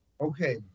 Okay